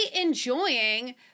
enjoying